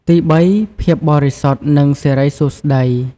ទីបី ភាពបរិសុទ្ធ និងសិរីសួស្តី